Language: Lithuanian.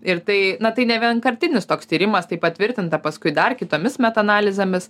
ir tai na tai nevienkartinis toks tyrimas tai patvirtinta paskui dar kitomis metanalizėmis